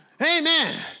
Amen